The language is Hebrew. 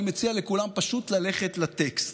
אני מציע לכולם פשוט ללכת לטקסט.